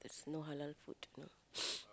no halal food no